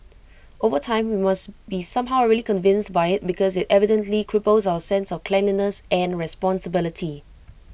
over time we must be somehow really convinced by IT because IT evidently cripples our sense of cleanliness and responsibility